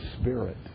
Spirit